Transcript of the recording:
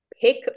pick